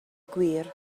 gwir